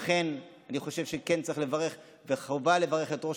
לכן אני חושב שכן צריך לברך וחובה לברך את ראש